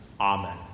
Amen